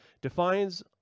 defines